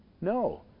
No